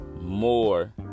more